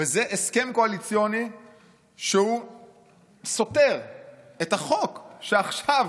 וזה הסכם קואליציוני שהוא סותר את החוק שעכשיו